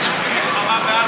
הרשות למלחמה,